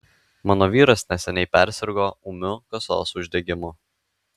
mano vyras neseniai persirgo ūmiu kasos uždegimu